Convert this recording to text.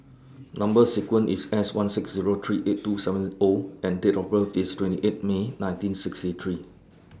Number sequence IS S one six Zero three eight two seven O and Date of birth IS twenty eight May nineteen sixty three